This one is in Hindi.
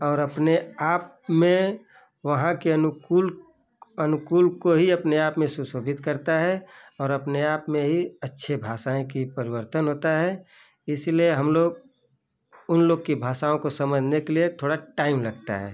और अपने आप में वहाँ के अनुकूल अनुकूल को ही अपने आप में शुशोभित करता है और अपने आप में ही अच्छे भाषाएँ की परिवर्तन होता है इसलिए हम लोग उन लोग की भाषाएँ को समझने के लिए थोड़ा टाइम लगता है